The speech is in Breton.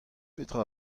petra